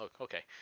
Okay